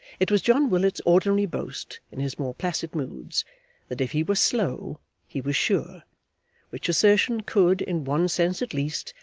it was john willet's ordinary boast in his more placid moods that if he were slow he was sure which assertion could, in one sense at least,